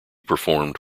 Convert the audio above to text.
performed